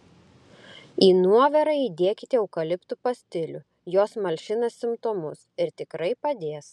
į nuovirą įdėkite eukaliptu pastilių jos malšina simptomus ir tikrai padės